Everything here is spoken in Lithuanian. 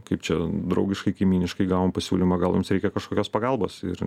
kaip čia draugiškai kaimyniškai gavom pasiūlymą gal jums reikia kažkokios pagalbos ir